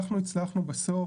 אנחנו הצלחנו בסוף,